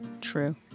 True